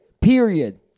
Period